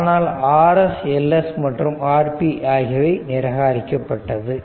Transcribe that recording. ஆனால் Rs Ls மற்றும் Rp ஆகியவை நிராகரிக்கப்பட்டது